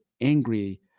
angry